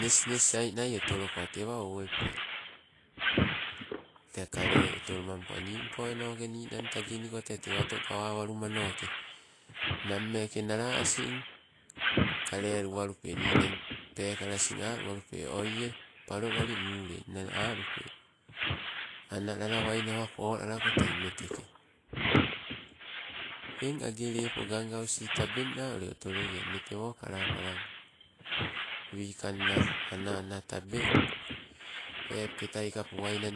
Nesnes ai nai otoloko tewa owepe, te kaleai otolomampo, nimponoke ninang taginiko te tewato gawawalumanoke, nammeke nala asing kaleluwalupe, ninang pekala asin aluwalupe oie palolali mule nnang alupe, analalawaina kolalako tei meteke. Eng age lepo gaugausi tabeng na ule otolo nne tewo kalapalago. Wikangna ana ana tabeng. Repoketai ke poainan.